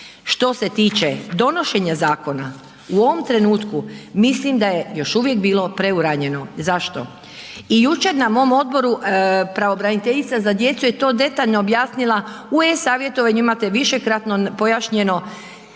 Što se tiče donošenja zakona, u ovom trenutku mislim da je još uvijek bilo preuranjeno. Zašto? I jučer na mom odboru, pravobraniteljica za djecu je to detaljno objasnila. U e-savjetovanju imate višekratno pojašnjeno